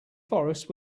forest